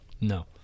No